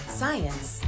science